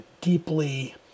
deeply